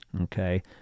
Okay